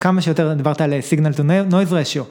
כמה שיותר דיברת על signal-to-noise ratio